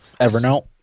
Evernote